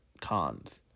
cons